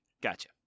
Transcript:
Gotcha